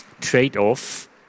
trade-off